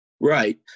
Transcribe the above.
Right